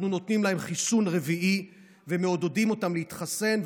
אנחנו נותנים להם חיסון רביעי ומעודדים אותם להתחסן,